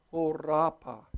orapa